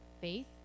faith